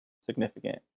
significant